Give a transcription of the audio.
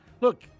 look